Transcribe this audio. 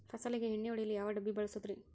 ಫಸಲಿಗೆ ಎಣ್ಣೆ ಹೊಡೆಯಲು ಯಾವ ಡಬ್ಬಿ ಬಳಸುವುದರಿ?